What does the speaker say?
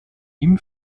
ihm